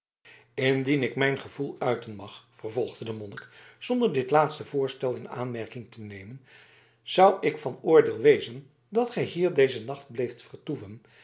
indien ik mijn gevoelen uiten mag vervolgde de monnik zonder dit laatste voorstel in aanmerking te nemen zou ik van oordeel wezen dat gij hier dezen nacht bleeft vertoeven